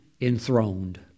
enthroned